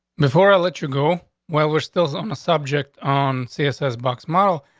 before i let you go where we're still so on the subject on css box model.